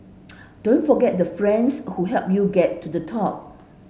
don't forget the friends who helped you get to the top